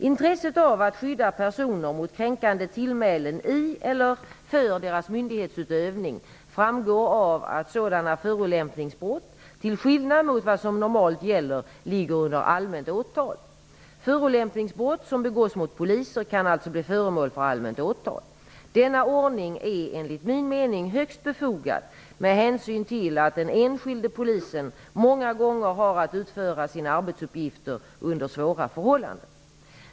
Intresset av att skydda personer mot kränkande tillmälen i eller för deras myndighetsutövning framgår av att sådana förolämpningsbrott, till skillnad mot vad som normalt gäller, ligger under allmänt åtal. Förolämpningsbrott som begås mot poliser kan alltså bli föremål för allmänt åtal. Denna ordning är enligt min mening högst befogad med hänsyn till att den enskilde polisen många gånger har att utföra sina arbetsuppgifter under svåra förhållanden.